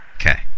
Okay